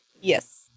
Yes